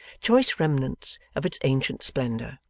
choice remnants of its ancient splendour.